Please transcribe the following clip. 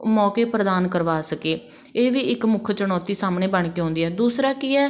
ਮੌਕੇ ਪ੍ਰਦਾਨ ਕਰਵਾ ਸਕੇ ਇਹ ਵੀ ਇੱਕ ਮੁੱਖ ਚੁਣੌਤੀ ਸਾਹਮਣੇ ਬਣ ਕੇ ਆਉਂਦੀ ਆ ਦੂਸਰਾ ਕੀ ਹੈ